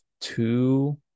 two